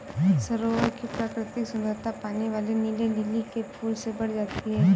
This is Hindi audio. सरोवर की प्राकृतिक सुंदरता पानी वाले नीले लिली के फूल से बढ़ जाती है